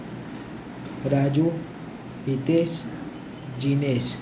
Raju Hitesh Jinesh